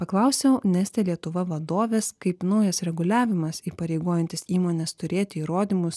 paklausiau neste lietuva vadovės kaip naujas reguliavimas įpareigojantis įmones turėti įrodymus